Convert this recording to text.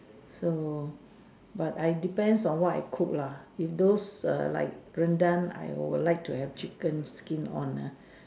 so but I depends on what I cook lah if those err like rendang I would like to have chicken skin on ah